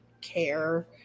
care